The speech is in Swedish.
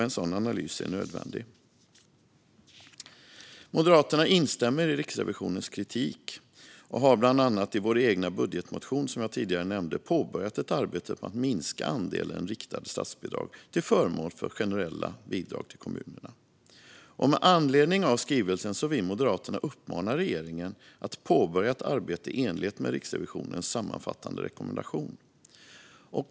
En sådan analys är nödvändig. Moderaterna instämmer i Riksrevisionens kritik. Bland annat har vi i vår egen budgetmotion, som jag tidigare nämnde, påbörjat ett arbete med att minska andelen riktade statsbidrag till förmån för generella bidrag till kommunerna. Med anledning av skrivelsen vill Moderaterna uppmana regeringen att påbörja ett arbete i enlighet med Riksrevisionens sammanfattande rekommendation.